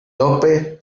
lope